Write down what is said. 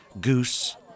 goose